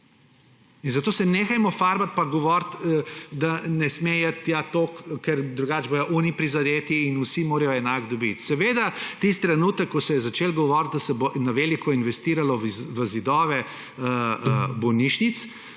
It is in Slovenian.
In zato se nehajmo farbati pa govoriti, da ne sme iti tja toliko, ker drugače bodo tisti prizadeti, in vsi morajo enako dobiti. Seveda, tisti trenutek, ko se je začelo govoriti, da se bo na veliko investiralo v zidove bolnišnic,